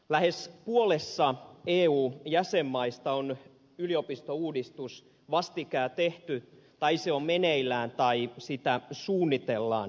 lähes puolessa eun jäsenmaista on yliopistouudistus vastikään tehty tai se on meneillään tai sitä suunnitellaan